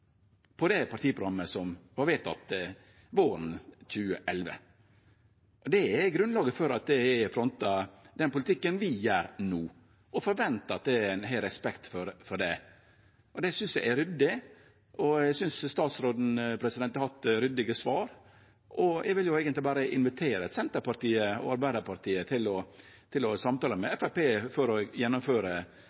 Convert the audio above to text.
på det partiprogrammet som vart vedteke våren 2021. Det er grunnlaget for at eg frontar den politikken vi har no, og forventar at ein har respekt for det. Det synest eg er ryddig, og eg synest statsråden har hatt ryddige svar. Eg vil eigentleg berre invitere Senterpartiet og Arbeidarpartiet til å samtale med Framstegspartiet for å gjennomføre